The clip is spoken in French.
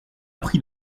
pris